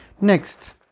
Next